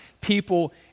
people